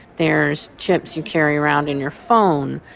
there's chips you carry around in your phone.